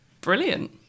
Brilliant